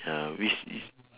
ya which is